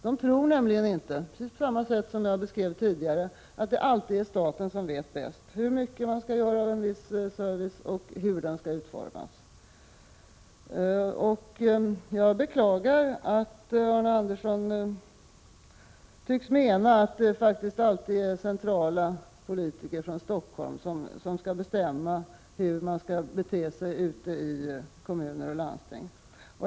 De tror nämligen inte, precis på samma sätt som jag beskrev tidigare, att det alltid är staten som vet bäst — hur mycket man skall göra av en viss service och hur den skall utformas. Jag beklagar att Arne Andersson tycks mena att det faktiskt alltid är centrala politiker från Stockholm som skall bestämma hur man skall bete sig ute i kommuner och landsting.